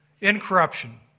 Incorruption